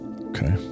Okay